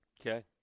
Okay